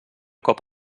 cop